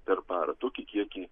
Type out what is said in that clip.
per parą tokį kiekį